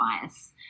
bias